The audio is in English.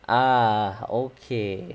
ah okay